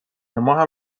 ماهم